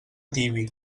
tibi